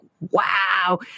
wow